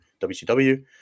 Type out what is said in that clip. WCW